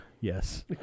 Yes